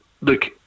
look